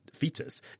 Fetus